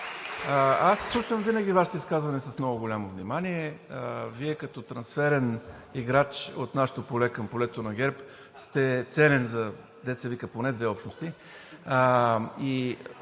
Аз слушам винаги Вашите изказвания с много голямо внимание. Вие като трансферен играч от нашето поле към полето на ГЕРБ сте ценен, дето се вика, поне за две общности,